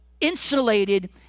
insulated